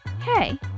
Hey